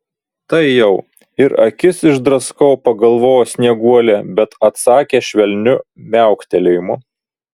tai jau ir akis išdraskau pagalvojo snieguolė bet atsakė švelniu miauktelėjimu